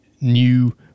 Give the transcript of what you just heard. new